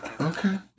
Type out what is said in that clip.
Okay